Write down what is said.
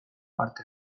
parte